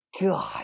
God